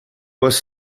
was